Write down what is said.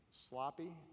sloppy